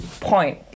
point